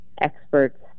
experts